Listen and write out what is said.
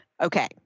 okay